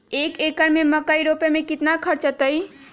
एक एकर में मकई रोपे में कितना खर्च अतै?